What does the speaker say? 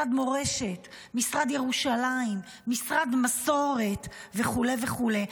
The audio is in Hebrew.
משרד מורשת, משרד ירושלים, משרד מסורת וכו' וכו'.